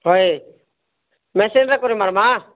ହଏ ମେସିନ୍ରେ କର୍ମା ନା